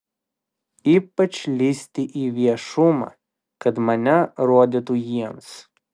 ypač lįsti į viešumą kad mane rodytų jiems